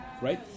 right